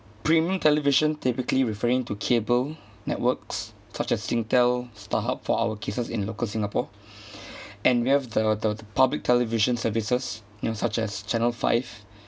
premium television typically referring to cable networks such as SingTel StarHub for our cases in local singapore and we have the the public television services you know such as channel five